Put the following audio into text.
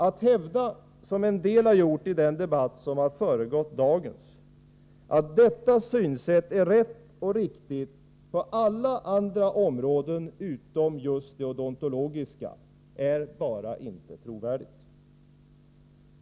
Att hävda, som en del har gjort i den debatt som har föregått dagens, att detta synsätt är rätt och riktigt på alla andra områden utom just det odontologiska är bara inte trovärdigt.